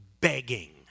begging